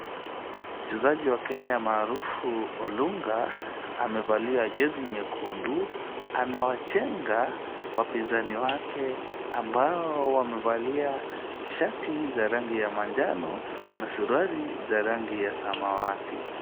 Mchezaji wa Kenya maarufu Olunga amevalia jezi nyekundu. Anawachenga wapinzani wake ambao wamevalia shati za rangi ya manjano na suruali za rangi ya samawati.